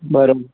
બરોબર